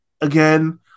again